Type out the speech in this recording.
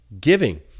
giving